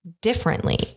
differently